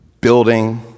building